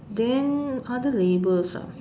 then other labels ah